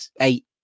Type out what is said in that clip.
eight